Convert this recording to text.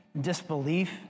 disbelief